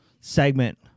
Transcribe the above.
segment